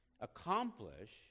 accomplish